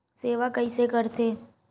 सेवा कइसे करथे?